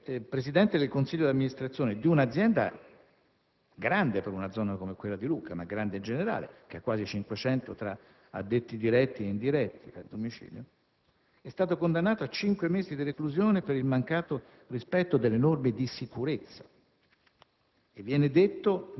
Il Presidente del consiglio d'amministrazione di una azienda grande, non solo per una zona come quella di Lucca ma in generale, che ha quasi 500 tra addetti diretti ed indiretti, è stato condannato a cinque mesi di reclusione per il mancato rispetto delle norme di sicurezza